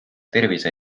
tervise